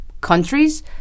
countries